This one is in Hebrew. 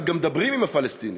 שמדברים עם הפלסטינים,